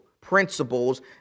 principles